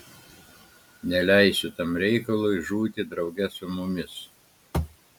neleisiu tam reikalui žūti drauge su mumis